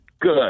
Good